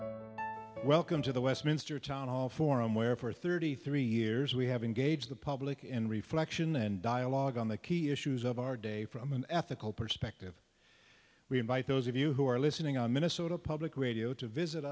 welcome to the westminster town hall forum where for thirty three years we have engaged the public in reflection and dialogue on the key issues of our day from an ethical perspective we invite those of you who are listening on minnesota public radio to visit